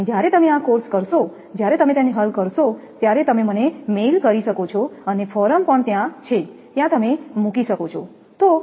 અને જ્યારે તમે આ કોર્સ કરશો જ્યારે તમે તેને હલ કરો ત્યારે તમે મને મેઇલ કરી શકો છો અને ફોરમ પણ ત્યાં છે ત્યાં તમે મૂકી શકો છો